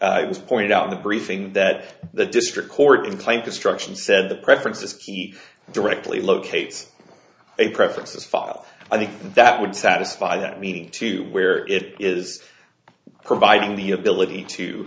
and it was pointed out in the briefing that the district court in claimed destruction said the preferences directly locates a preferences file i think that would satisfy that need to where it is providing the ability to